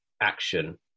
action